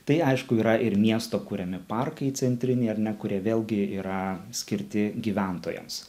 tai aišku yra ir miesto kuriami parkai centriniai ar ne kurie vėlgi yra skirti gyventojams